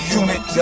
unit